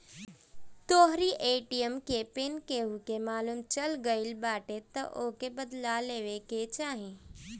तोहरी ए.टी.एम के पिन केहू के मालुम चल गईल बाटे तअ ओके बदल लेवे के चाही